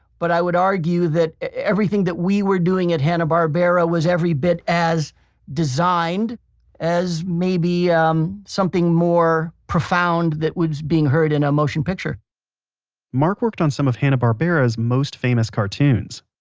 but i would argue that everything that we were doing at hanna-barbera was every bit as designed as maybe um something more profound that was being heard in a motion picture mark worked on some of hanna-barbera's most famous cartoons,